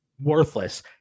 worthless